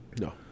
No